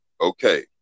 Okay